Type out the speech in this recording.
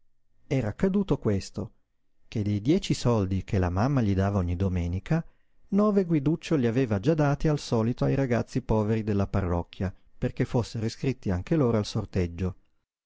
era accaduto questo che dei dieci soldi che la mamma gli dava ogni domenica nove guiduccio li aveva già dati al solito ai ragazzi poveri della parrocchia perché fossero iscritti anche loro al sorteggio